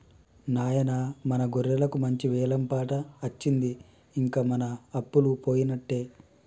నాయిన మన గొర్రెలకు మంచి వెలం పాట అచ్చింది ఇంక మన అప్పలు పోయినట్టే